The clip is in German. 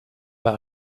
bei